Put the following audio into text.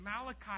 Malachi